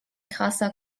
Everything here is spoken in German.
krasser